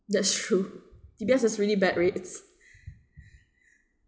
that's true D_B_S has really bad rates